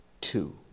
two